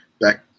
back